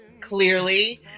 clearly